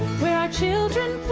where our children